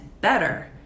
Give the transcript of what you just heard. better